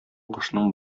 кошның